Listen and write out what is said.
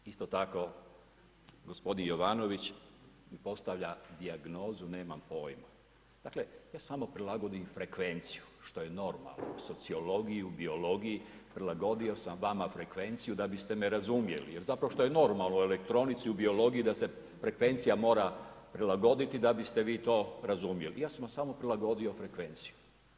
Dakle, isto tako gospodin Jovanović postavlja dijagnozu nema poima, dakle ja samo prilagodim frekvenciju što je normalno, sociologiju biologiji prilagodio sam vama frekvenciju da biste me razumjeli, je zapravo što je normalno u elektronici u biologiji, da se frekvencija mora prilagoditi da biste vi to razumjeli, ja sam samo prilagodio frekvenciju.